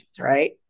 right